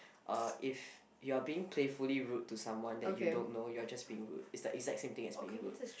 uh if you're being playfully rude to someone that you don't know you're just being rude it's like it's the exact same thing as being rude